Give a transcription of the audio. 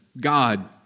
God